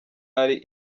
ari